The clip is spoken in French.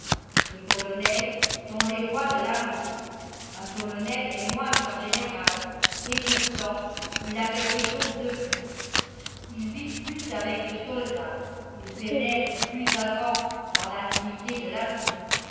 les colonels sont les rois de l'armée un colonel est moins qu'un général et pourtant il a quelque chose de plus il vit plus avec le soldat il pénètre plus avant dans l'intimité de la troupe